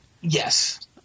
yes